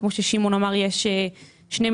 כרגע מדברים על תקציב של 1.5